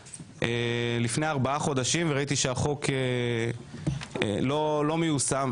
לפני ארבעה חודשים בגלל שראיתי שהחוק לא מיושם.